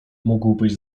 mógłbyś